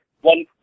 one